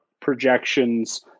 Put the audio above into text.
projections